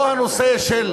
לא הנושא של